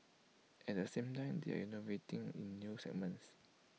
at the same time they are innovating in new segments